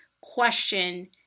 question